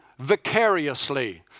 vicariously